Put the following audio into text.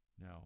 Now